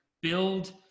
build